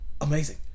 amazing